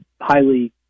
highly